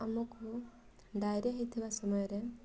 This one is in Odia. ଆମକୁ ଡାଇରିଆ ହୋଇଥିବା ସମୟରେ